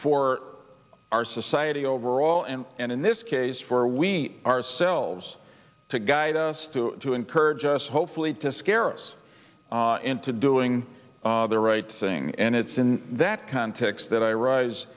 for our society overall and and in this case for we ourselves to guide us to to encourage us hopefully to scare us into doing the right thing and it's in that context that i rise